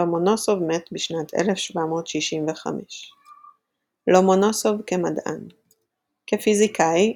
לומונוסוב מת בשנת 1765. לומונוסוב כמדען כפיזיקאי,